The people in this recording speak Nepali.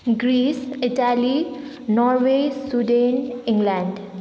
Greece Italy Norway Sweden England